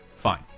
fine